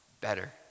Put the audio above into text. better